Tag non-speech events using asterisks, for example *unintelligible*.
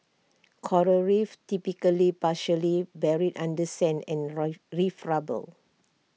*noise* Coral reefs typically partially buried under sand and *unintelligible* reef rubble